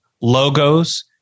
logos